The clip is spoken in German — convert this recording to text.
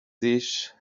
sich